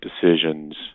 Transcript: decisions